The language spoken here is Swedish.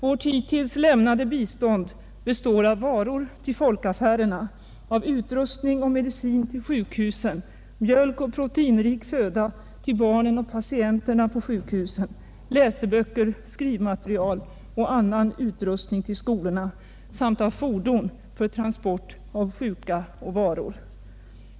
Värt hittills lämnade biständ består av varor till folkaffärerna, utrustning och medicin till sjukhusen, mjölk och proteinrik föda till barnen och patienterna på sjukhusen, läseböcker, skrivmateriel och annan utrustning till skolorna samt fordon för transport av sjuka och varor.